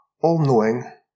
all-knowing